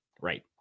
Right